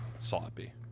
sloppy